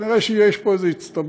נראה שיש פה איזו הצטברות,